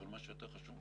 אבל מה שיותר חשוב,